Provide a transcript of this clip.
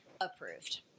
approved